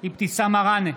אבתיסאם מראענה,